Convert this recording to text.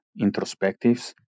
introspectives